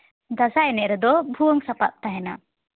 ᱫᱟᱸᱥᱟᱭ ᱮᱱᱮᱡ ᱨᱮᱫᱚ ᱵᱷᱩᱣᱟᱹᱝ ᱥᱟᱯᱟᱵ ᱛᱟᱦᱮᱱᱟ